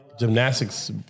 Gymnastics